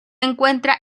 encuentra